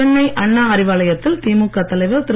சென்னை அண்ணா அறிவாலயத்தில் திமுக தலைவர் திரு